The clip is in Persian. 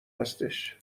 هستش